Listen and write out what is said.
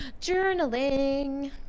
Journaling